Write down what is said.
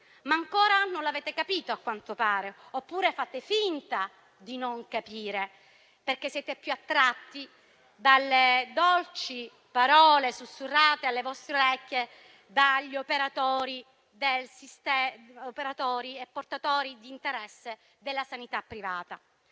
Ancora non l'avete capito, però, a quanto pare, oppure fate finta di non capire, perché siete più attratti dalle dolci parole sussurrate alle vostre orecchie da operatori del sistema e portatori di interesse della sanità privata.